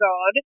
God